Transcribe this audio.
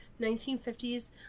1950s